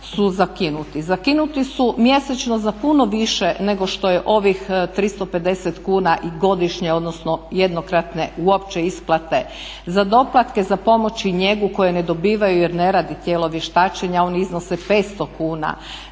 Zakinuti su mjesečno za puno više nego što je ovih 350 kuna i godišnje, odnosno jednokratne uopće isplate za doplatke za pomoć i njegu koje ne dobivaju jer ne radi tijelo vještačenja, oni iznose 500 kuna.